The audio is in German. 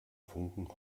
funken